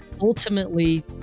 ultimately